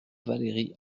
valérie